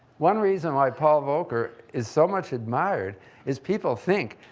one reason why paul volcker is so much admired is people think,